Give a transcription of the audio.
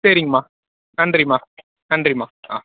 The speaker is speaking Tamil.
சரிங்கம்மா நன்றிம்மா நன்றிம்மா ஆ